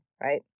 right